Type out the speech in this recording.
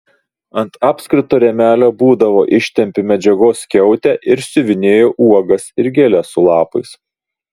ant apskrito rėmelio būdavo ištempiu medžiagos skiautę ir siuvinėju uogas ir gėles su lapais